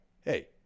hey